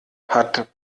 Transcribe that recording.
hat